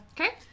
Okay